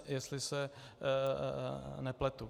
Jestli se nepletu.